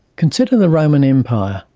consider the roman empire.